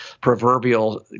proverbial